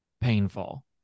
painful